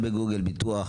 כשאתה רושם בגוגל ביטוח,